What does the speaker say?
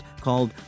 called